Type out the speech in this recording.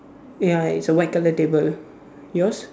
ya it's a white colour table yours